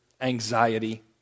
anxiety